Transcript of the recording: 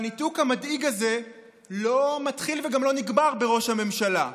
הניתוק המדאיג הזה לא מתחיל וגם לא נגמר בראש הממשלה.